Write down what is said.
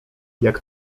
jak